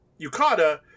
Yukata